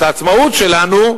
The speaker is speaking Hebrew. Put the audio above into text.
את העצמאות שלנו,